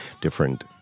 different